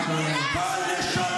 שקר,